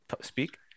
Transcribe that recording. speak